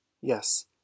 Yes